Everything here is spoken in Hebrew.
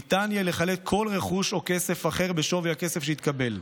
ניתן יהיה לחלט כל רכוש או כסף אחר בשווי הכסף שהתקבל.